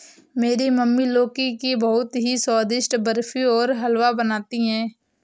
मेरी मम्मी लौकी की बहुत ही स्वादिष्ट बर्फी और हलवा बनाती है